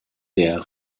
der